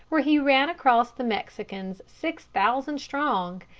where he ran across the mexicans six thousand strong,